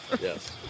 Yes